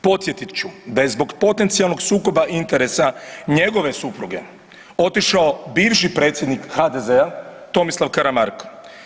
Podsjetit ću da je zbog potencijalnog sukoba interesa njegove supruge otišao biviši predsjednik HDZ-a Tomislav Karamarko.